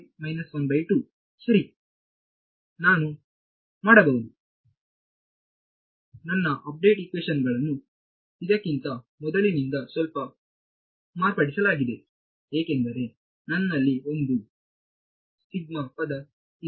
ನಾನು ಮಾಡಬಹುದು ನನ್ನ ಅಪ್ಡೇಟ್ ಇಕ್ವೇಶನ್ ಗಳನ್ನು ಇದಕ್ಕಿಂತ ಮೊದಲಿನಿಂದ ಸ್ವಲ್ಪ ಮಾರ್ಪಡಿಸಲಾಗಿದೆ ಏಕೆಂದರೆ ನನ್ನಲ್ಲಿ ಒಂದು ಪದವು ಇದೆ